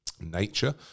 nature